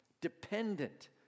dependent